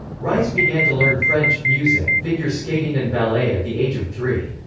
rice began to learn french, music, figure skating and ballet at the age of three.